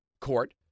court